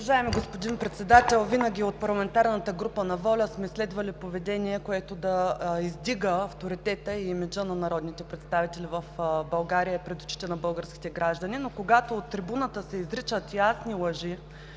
Уважаеми господин Председател, винаги от парламентарната група на ВОЛЯ сме следвали поведение, което да издига авторитета и имиджа на народните представители в България пред очите на българските граждани. Когато от трибуната се изричат ясни лъжи